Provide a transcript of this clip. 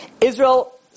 Israel